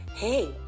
Hey